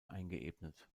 eingeebnet